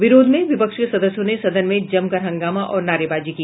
विरोध में विपक्ष के सदस्यों ने सदन में जमकर हंगामा और नारेबाजी की